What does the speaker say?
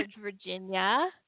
Virginia